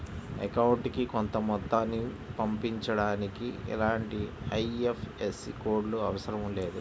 అకౌంటుకి కొంత మొత్తాన్ని పంపించడానికి ఎలాంటి ఐఎఫ్ఎస్సి కోడ్ లు అవసరం లేదు